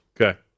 Okay